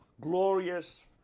glorious